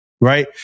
right